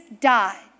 died